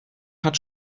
hat